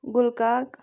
گُلہٕ کاک